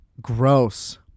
gross